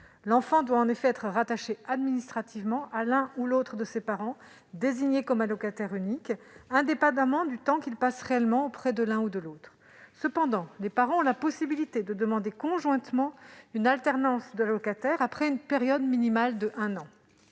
L'enfant doit en effet être rattaché administrativement à l'un ou à l'autre de ses parents, désigné comme allocataire unique, indépendamment du temps qu'il passe réellement auprès de l'un ou de l'autre. Cependant, les parents ont la possibilité de demander conjointement une alternance de l'allocataire après une période minimale d'un an.